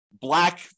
black